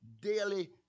daily